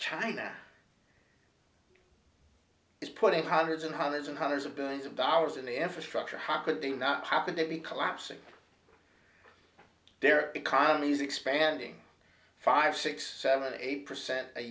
china is putting hundreds and hundreds and hundreds of billions of dollars in the infrastructure how could they not happen to be collapsing their economies expanding five six seven eight percent a